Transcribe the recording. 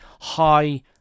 high